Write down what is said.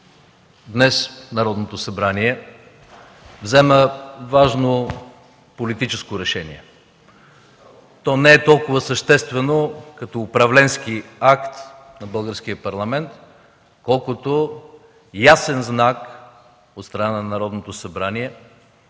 Днес Народното събрание взема важно политическо решение. То не е толкова съществено като управленски акт на българския Парламент, колкото ясен знак от страна на Народното събрание